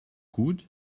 gut